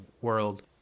world